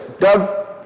Doug